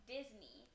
Disney